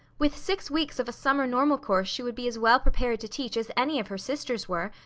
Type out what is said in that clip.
with six weeks of a summer normal course she would be as well prepared to teach as any of her sisters were,